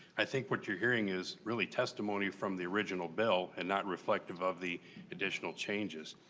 i think which are hearing is really testimony from the original bill and not reflective of the additional changes.